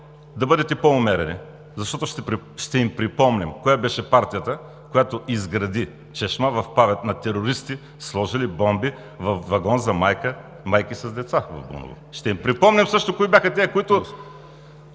европейски колеги, защото ще им припомним коя беше партията, която изгради чешма в памет на терористи, сложили бомби във вагон за майки с деца в Буново. Ще им припомним също кои бяха тези, които